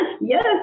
yes